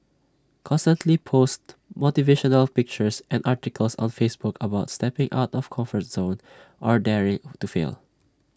constantly post motivational pictures and articles on Facebook about stepping out of comfort zone or daring to fail